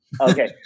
Okay